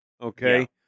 Okay